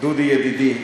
דודי ידידי,